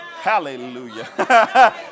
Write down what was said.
Hallelujah